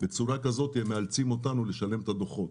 בצורה כזאת הם מאלצים אותנו לשלם את הדוחות,